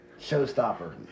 Showstopper